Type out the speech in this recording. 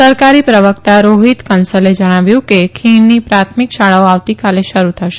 સરકારી પ્રવકતા રોહીત કંસલે જણાવ્યું કે ખીણની પ્રાથમિક શાળાઓ આવતીકાલે શરૂ થેસ